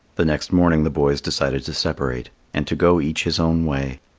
the next morning the boys decided to separate, and to go each his own way.